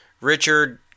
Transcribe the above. Richard